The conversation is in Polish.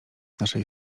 naszej